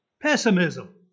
Pessimism